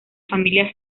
familia